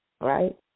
right